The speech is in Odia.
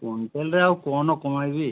କୁଇଣ୍ଟାଲ୍ରେ ଆଉ କ'ଣ କମାଇବି